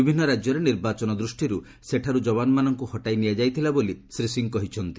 ବିଭିନ୍ନ ରାଜ୍ୟରେ ନିର୍ବାଚନ ଦୃଷ୍ଟିରୁ ସେଠାରୁ ଯବାନମାନଙ୍କୁ ହଟାଇ ନିଆଯାଇଥିଲା ବୋଲି ଶ୍ରୀ ସିଂ କହିଛନ୍ତି